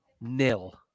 nil